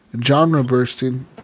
genre-bursting